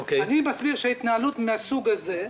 אני מסביר שהתנהלות מן הסוג הזה,